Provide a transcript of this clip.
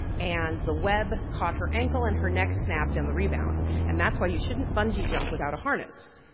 and the web caught her ankle and her neck snapped on the rebound and that's why you shouldn't bungee jump without a harness.